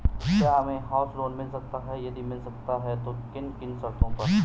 क्या हमें house loan मिल सकता है यदि मिल सकता है तो किन किन शर्तों पर?